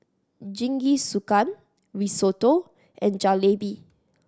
Jingisukan Risotto and Jalebi